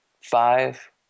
five